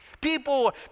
People